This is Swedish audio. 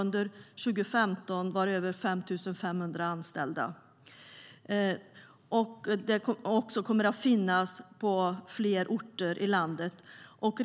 Under 2015 kommer verket att ha över 5 500 anställda. Man kommer också att finnas på fler orter i landet.